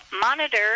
monitor